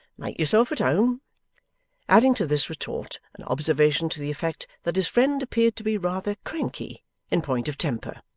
make yourself at home adding to this retort an observation to the effect that his friend appeared to be rather cranky in point of temper,